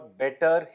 better